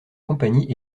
compagnies